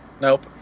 Nope